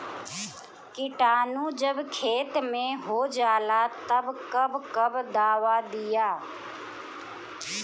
किटानु जब खेत मे होजाला तब कब कब दावा दिया?